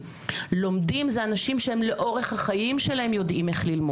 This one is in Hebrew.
אנחנו פותחים את ישיבת ועדת החינוך בעקבות בקשות לדיון